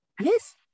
yes